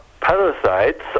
parasites